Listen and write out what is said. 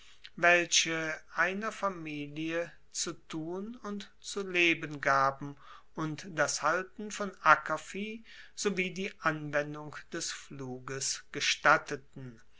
welche einer familie zu tun und zu leben gaben und das halten von ackervieh sowie die anwendung des pfluges gestatteten